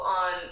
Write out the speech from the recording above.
on